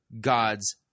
gods